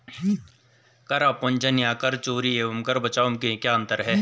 कर अपवंचन या कर चोरी एवं कर बचाव में क्या अंतर है?